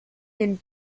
den